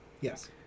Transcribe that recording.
Yes